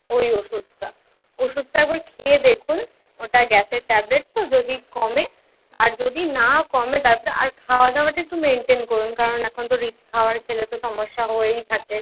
ওই ওষুধটা ওষুধটা একবার খেয়ে দেখুন ওটা গ্যাসের ট্যাবলেট তো যদি কমে আর যদি না কমে তারপরে আর খাওয়া দাওয়াটা একটু মেন্টেন করুন কারণ এখন তো রিচ খাওয়ার খেলে তো সমস্যা হয়েই থাকে